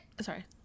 sorry